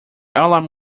alarm